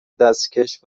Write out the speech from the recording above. دستکش